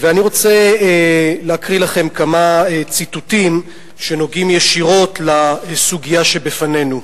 ואני רוצה להקריא לכם כמה ציטוטים שנוגעים ישירות בסוגיה שבפנינו.